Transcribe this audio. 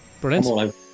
brilliant